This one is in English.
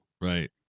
right